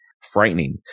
frightening